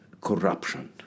corruption